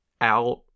Out